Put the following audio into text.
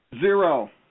Zero